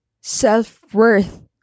self-worth